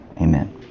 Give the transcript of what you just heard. Amen